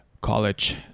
college